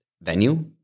venue